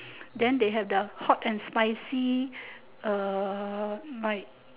then they have the hot and spicy uh like